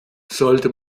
sollte